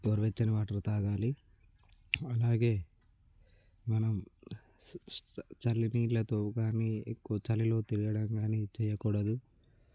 గోరు వెచ్చని వాటరు తాగాలి అలాగే మనం చలి నీళ్ళతో గానీ ఎక్కువ చలిలో తిరగడం గానీ చేయకూడదు